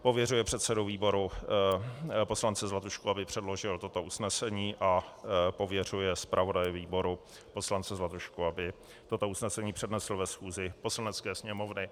Pověřuje předsedu výboru poslance Zlatušku, aby předložil toto usnesení, a pověřuje zpravodaje výboru poslance Zlatušku, aby toto usnesení přednesl ve schůzi Poslanecké sněmovny.